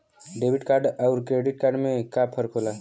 Debit card अउर credit card में का फर्क होला?